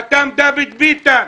חתם דוד ביטן,